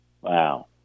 Wow